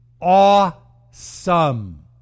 awesome